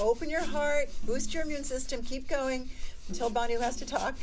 open your heart boost your immune system keep going until buddy left to talk